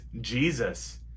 Jesus